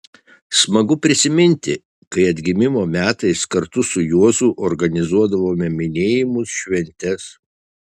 smagu prisiminti kai atgimimo metais kartu su juozu organizuodavome minėjimus šventes